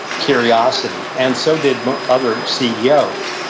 curiosity. and so did other ceos.